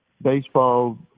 baseball